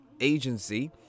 agency